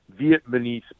Vietnamese